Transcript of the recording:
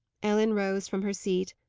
ellen rose from her seat,